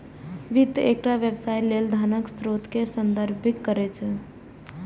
वित्त एकटा व्यवसाय लेल धनक स्रोत कें संदर्भित करै छै